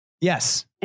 Yes